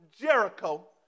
Jericho